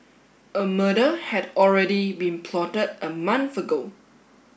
a murder had already been plotted a month ago